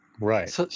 Right